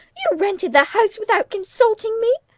you've rented the house without consulting me?